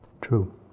true